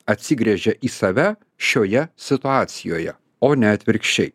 atsigręžia į save šioje situacijoje o ne atvirkščiai